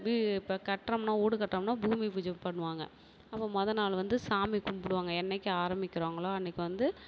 வீ இப்போ கட்டுறோம்னா வீடு கட்டுறோம்னா பூமி பூஜை பண்ணுவாங்க அப்போ முத நாள் வந்து சாமி கும்பிடுவாங்க என்னைக்கு ஆரம்பிக்கிறாங்களோ அன்னைக்கு வந்து